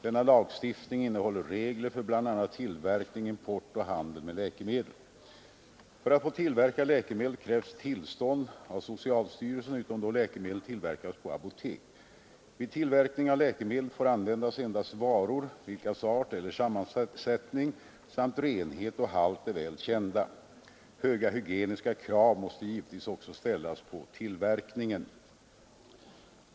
Denna lagstiftning innehåller regler för bl.a. tillverkning, import och handel med läkemedel. För att få tillverka läkemedel krävs tillstånd av socialstyrelsen utom då läkemedel tillverkas på apotek. Vid tillverkning av läkemedel får användas endast varor, vilkas art eller sammansättning samt renhet och halt är väl känd. Höga hygieniska krav måste givetvis också ställas på tillverkningen.